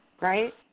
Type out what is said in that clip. Right